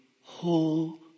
whole